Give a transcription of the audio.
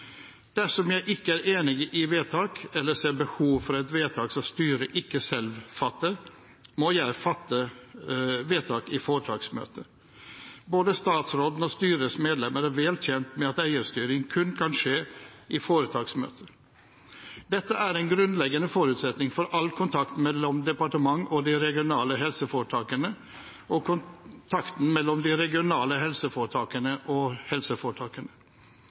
Dersom jeg ikke er enig i et vedtak, eller ser behov for et vedtak som styret ikke selv fatter, må jeg fatte vedtak i foretaksmøtet. Både statsråden og styrets medlemmer er vel kjent med at eierstyring kun kan skje i foretaksmøte. Dette er en grunnleggende forutsetning for all kontakt mellom departementet og de regionale helseforetakene og kontakten mellom de regionale helseforetakene og helseforetakene.